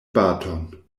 baton